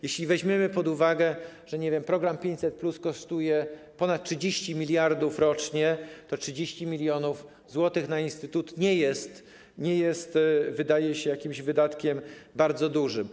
Jeśli weźmiemy pod uwagę, nie wiem, to, że program 500+ kosztuje ponad 30 mld zł rocznie, to 30 mln zł na instytut nie jest, wydaje się, jakimś wydatkiem bardzo dużym.